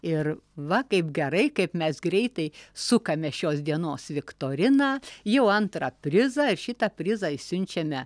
ir va kaip gerai kaip mes greitai sukame šios dienos viktoriną jau antrą prizą ir šitą prizą išsiunčiame